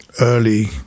early